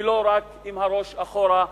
ולא רק עם הפנים אחורה,